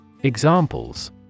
Examples